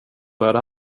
började